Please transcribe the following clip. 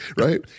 Right